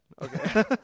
okay